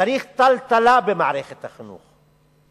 צריך טלטלה במערכת החינוך,